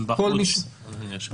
אין מה להוסיף.